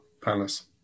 palace